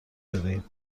شدهایم